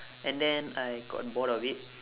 and then I got bored of it